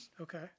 Okay